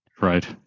Right